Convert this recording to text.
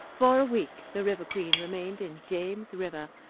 for a week the river queen remained in james river,